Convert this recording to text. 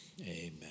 Amen